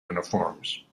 uniforms